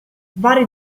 vari